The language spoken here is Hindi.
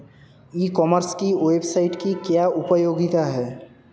ई कॉमर्स की वेबसाइट की क्या उपयोगिता है?